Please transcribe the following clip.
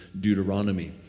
Deuteronomy